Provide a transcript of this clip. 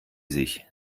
sich